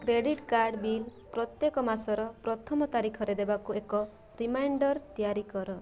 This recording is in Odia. କ୍ରେଡ଼ିଟ୍ କାର୍ଡ଼୍ ବିଲ୍ ପ୍ରତ୍ୟେକ ମାସର ପ୍ରଥମ ତାରିଖରେ ଦେବାକୁ ଏକ ରିମାଇଣ୍ଡର୍ ତିଆରି କର